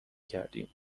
کردیم